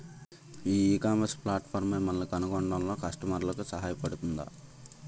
ఈ ecommerce platform మిమ్మల్ని కనుగొనడంలో కస్టమర్లకు సహాయపడుతుందా?